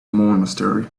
monastery